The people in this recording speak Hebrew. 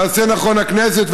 תעשה נכון הכנסת,